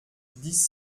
dix